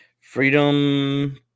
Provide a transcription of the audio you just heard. freedom